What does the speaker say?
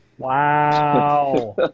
Wow